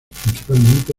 principalmente